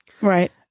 Right